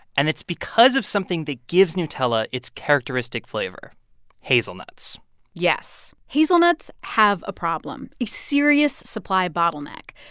and it's because of something that gives nutella its characteristic flavor hazelnuts yes. hazelnuts have a problem, a serious supply bottleneck.